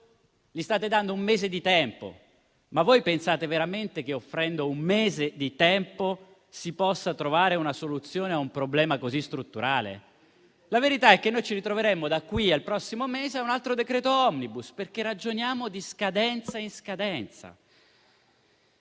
State dando un mese di tempo. Pensate veramente che offrendo un mese di tempo si possa trovare una soluzione a un problema così strutturale? La verità è che ci ritroveremo da qui al prossimo mese con un altro decreto *omnibus*, perché ragioniamo di scadenza in scadenza.